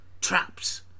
Traps